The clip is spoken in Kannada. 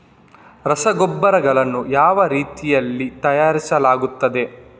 ರಸಗೊಬ್ಬರಗಳನ್ನು ಯಾವ ರೀತಿಯಲ್ಲಿ ತಯಾರಿಸಲಾಗುತ್ತದೆ?